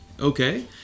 Okay